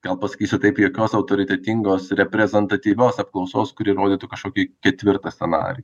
gal pasakysiu taip jokios autoritetingos reprezentatyvios apklausos kuri rodytų kažkokį ketvirtą scenarijų